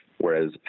whereas